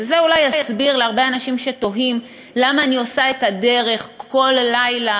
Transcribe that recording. וזה אולי יסביר להרבה אנשים שתוהים למה אני עושה את הדרך כל לילה